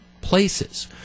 places